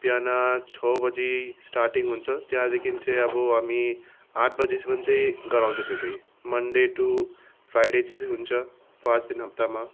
बिहान छ बजी स्टार्टिङ हुन्छ त्यहाँदेखिन चाहिँ अब हामी आठ बजीसम्म चाहिँ गराउँछ त्यो चाहिँ मनडे टू फ्राइडे चाहिँ हुन्छ पाँचदिन हप्तामा